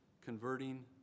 converting